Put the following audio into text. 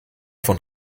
von